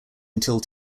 until